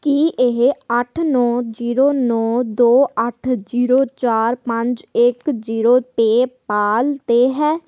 ਕੀ ਇਹ ਅੱਠ ਨੌਂ ਜ਼ੀਰੋ ਨੌਂ ਦੋ ਅੱਠ ਜ਼ੀਰੋ ਚਾਰ ਪੰਜ ਇੱਕ ਜ਼ੀਰੋ ਪੇਪਾਲ 'ਤੇ ਹੈ